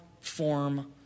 form